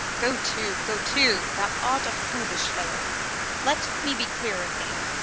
go to, go to, thou art a foolish fellow let me be clear of thee.